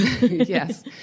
Yes